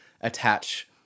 attach